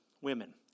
women